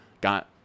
got